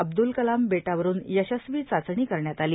अब्द्रल कलाम बेटावरुन यशस्वी चाचणी करण्यात आली